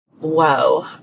Whoa